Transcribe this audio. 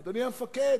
אדוני המפקד,